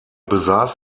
besaß